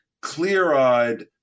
clear-eyed